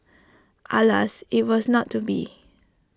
alas IT was not to be